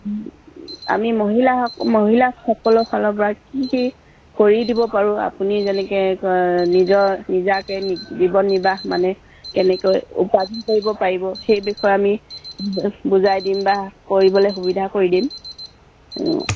আমি মহিলাসক মহিলাসকলৰ ফালৰ পৰা কি কি কৰি দিব পাৰোঁ আপুনি যেনেকৈ নিজৰ নিজাকৈ জীৱন নিৰ্বাহ মানে কেনেকৈ উপাৰ্জন কৰিব পাৰিব সেই বিষয়ে আমি বুজাই দিম বা কৰিবলৈ সুবিধা কৰি দিম